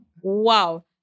Wow